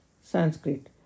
Sanskrit